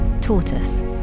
tortoise